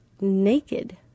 naked